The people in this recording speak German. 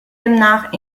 demnach